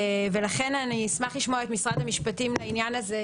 ולכן אני אשמח לשמוע את משרד המשפטים בעניין הזה.